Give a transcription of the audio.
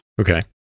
Okay